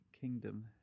Kingdom